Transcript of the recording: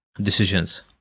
decisions